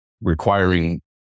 requiring